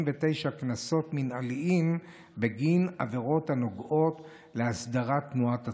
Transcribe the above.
קנסות מינהליים בגין עבירות שנוגעות להסדרת תנועת הצאן.